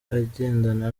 agendana